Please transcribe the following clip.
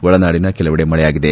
ಒಳನಾಡಿನ ಕೆಲವೆಡೆ ಮಳೆಯಾಗಿದೆ